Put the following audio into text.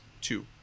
two